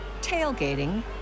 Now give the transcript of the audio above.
tailgating